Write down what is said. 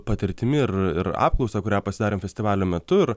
patirtimi ir ir apklausa kurią pasidarėm festivalio metu ir